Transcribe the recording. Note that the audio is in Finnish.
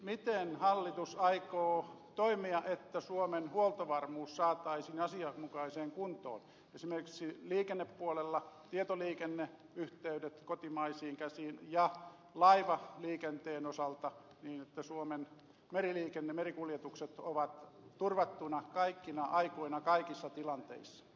miten hallitus aikoo toimia että suomen huoltovarmuus saataisiin asianmukaiseen kuntoon esimerkiksi liikennepuolella tietoliikenneyhteydet kotimaisiin käsiin ja laivaliikenteen osalta niin että suomen meriliikenne merikuljetukset on turvattuna kaikkina aikoina kaikissa tilanteissa